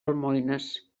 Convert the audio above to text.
almoines